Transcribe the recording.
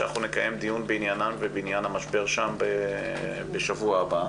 שאנחנו נקיים דיון בעניינן ובעניין המשבר שם בשבוע הבא,